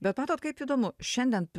bet matot kaip įdomu šiandien